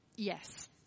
Yes